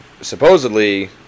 supposedly